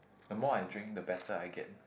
the more I drink the better I get